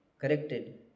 Corrected